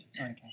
Okay